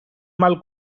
mal